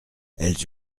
elles